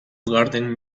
garden